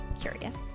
curious